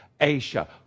Asia